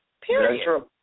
period